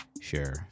share